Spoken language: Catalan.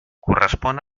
correspon